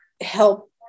help